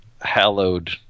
hallowed